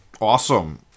awesome